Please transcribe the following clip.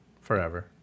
forever